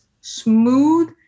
smooth